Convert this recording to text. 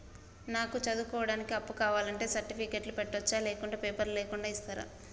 నాకు చదువుకోవడానికి అప్పు కావాలంటే సర్టిఫికెట్లు పెట్టొచ్చా లేకుంటే పేపర్లు లేకుండా ఇస్తరా?